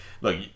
look